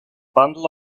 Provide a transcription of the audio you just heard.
bundle